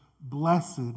Blessed